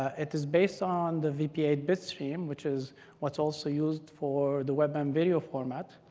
it is based on the v p eight bitstream, which is what's also used for the web and video format.